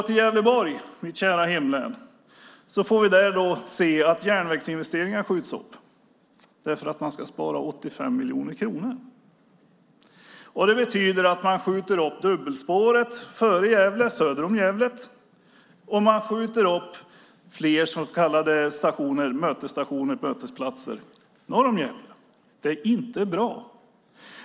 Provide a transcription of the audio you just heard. I Gävleborg, mitt kära hemlän, skjuts järnvägsinvesteringar upp för att man ska spara 85 miljoner kronor. Det betyder att man skjuter upp byggandet av dubbelspår söder om Gävle och fler mötesplatser norr om Gävle. Det är inte bra.